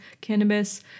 cannabis